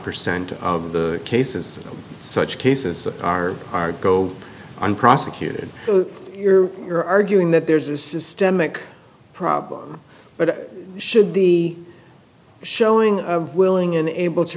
percent of the cases such cases are are go unprosecuted you're you're arguing that there's a systemic problem but should the showing of willing and able to